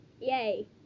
Yay